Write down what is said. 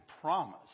promise